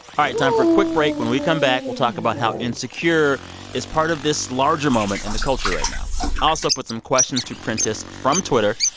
all right, time for quick break. when we come back, we'll talk about how insecure is part of this larger moment in the culture right now. i'll also put some questions to prentice from twitter.